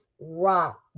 Rock